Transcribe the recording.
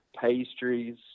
pastries